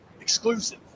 Exclusive